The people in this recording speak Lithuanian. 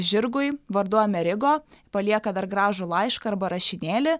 žirgui vardu amerigo palieka dar gražų laišką arba rašinėlį